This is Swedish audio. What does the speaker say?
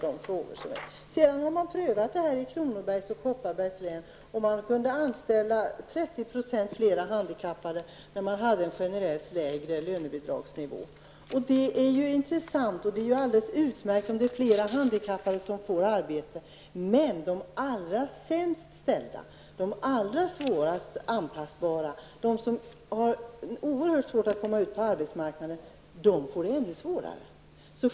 I Kronobergs och Kopparbergs län har man prövat flexibla lönebidrag. Man kunde anställa 30 % fler handikappade när man hade en generellt lägre lönebidragsnivå. Det är intressant. Det är alldeles utmärkt om fler handikappade får arbete. Men de allra sämst ställda, de människor som det är allra svårast att anpassa, de som har oerhört svårt att komma ut på arbetsmarknaden, de får det ännu svårare.